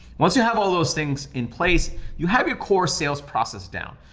once you have all those things in place, you have your core sales process down.